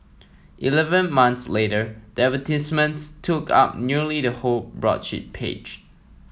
eleven months later the advertisements took up nearly the whole broadsheet page